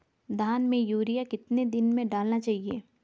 धान में यूरिया कितने दिन में डालना चाहिए?